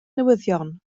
newyddion